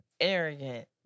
arrogant